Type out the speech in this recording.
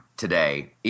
Today